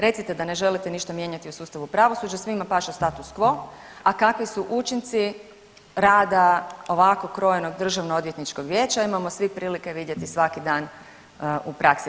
Recite da ne želite ništa mijenjati u sustavu pravosuđa, svima paše status quo, a kakvi su učinci rada ovako krojenog Državnoodvjetničkog vijeća imamo svi prilike vidjeti svaki dan u praksi.